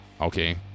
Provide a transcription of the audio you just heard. okay